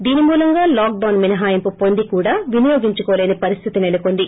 దీని మూలంగా lockdown మినహాయింపు పొంది కూడా వినియోగించుకోలేని పరిస్టితి నెలకొంది